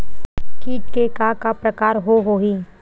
कीट के का का प्रकार हो होही?